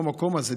במקום הזה,